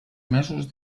mesos